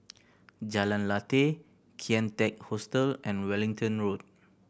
Jalan Lateh Kian Teck Hostel and Wellington Road